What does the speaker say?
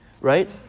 right